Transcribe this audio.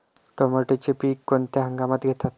टोमॅटोचे पीक कोणत्या हंगामात घेतात?